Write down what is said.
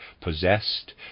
possessed